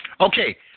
Okay